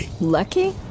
Lucky